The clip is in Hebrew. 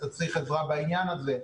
אתה צריך עזרה בעניין הזה?